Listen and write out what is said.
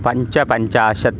पञ्चपञ्चाशत्